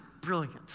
brilliant